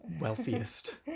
wealthiest